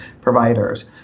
providers